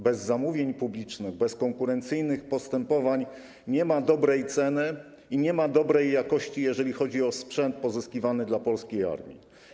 Bez zamówień publicznych, bez konkurencyjnych postępowań nie ma dobrej ceny i nie ma dobrej jakości, jeżeli chodzi o sprzęt pozyskiwany dla polskiej armii.